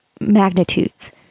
magnitudes